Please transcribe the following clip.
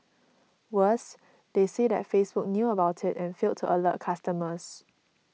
worse they say that Facebook knew about it and failed to alert customers